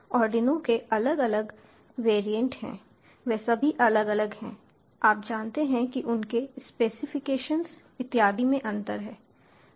इसलिए Arduino UNO Arduino के अलग अलग वेरिएंट हैं वे सभी अलग अलग हैं आप जानते हैं कि उनके स्पेसिफिकेशंस इत्यादि में अंतर है